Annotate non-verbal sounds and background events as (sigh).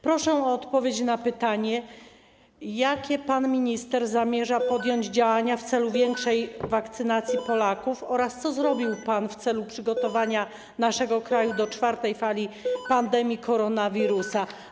Proszę o odpowiedź na pytanie: Jakie pan minister zamierza podjąć działania (noise) w celu większej wakcynacji Polaków oraz co pan zrobił w celu przygotowania naszego kraju do czwartej fali pandemii koronawirusa?